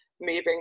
moving